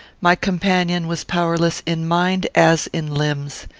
my companion was powerless in mind as in limbs.